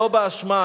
לא באשמה,